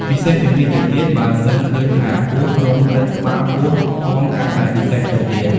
ពិសេសជាងនេះទៅទៀត បើសិនឃើញថាពស់រុំរឹតក្បាលពោះផងកាន់តែពិសេសទៅទៀត។